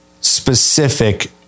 specific